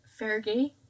fergie